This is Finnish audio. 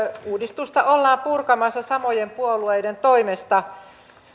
uudistusta ollaan purkamassa samojen puolueiden toimesta